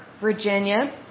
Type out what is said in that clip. Virginia